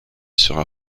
sera